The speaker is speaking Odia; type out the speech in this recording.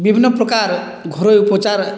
ବିଭିନ୍ନ ପ୍ରକାର ଘରୋଇ ଉପଚାର